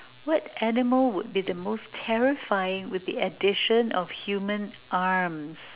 what animal would be the most terrifying with the addition of human arms